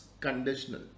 conditional